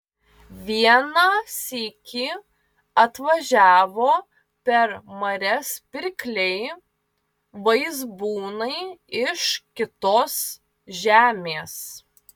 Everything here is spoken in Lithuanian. vieną sykį atvažiavo per marias pirkliai vaizbūnai iš kitos žemės